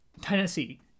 Tennessee